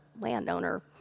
landowner